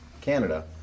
Canada